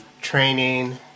training